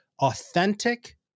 authentic